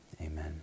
Amen